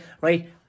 right